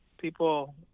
People